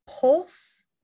pulse